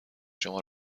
شما